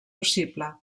possible